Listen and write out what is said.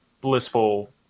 blissful